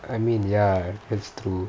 I mean ya it's true